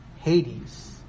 Hades